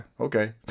okay